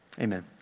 Amen